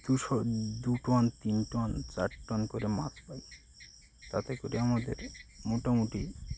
দুশো দু টন তিন টন চার টন করে মাছ পাই তাতে করে আমাদের মোটামুটি